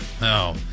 No